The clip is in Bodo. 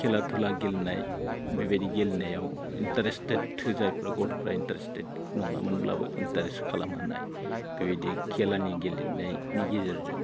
खेला धुला गेलेनाय बेबायदि गेलेनायाव इन्टारेस्टेद जायफोर गथ'फोरा इन्टारेस्टेद नङामोनब्लाबो इन्टारेस्ट खालामहोनाय बेबायदि खेलानि गेलेनायनि गेजेरजों